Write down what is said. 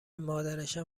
مادرشم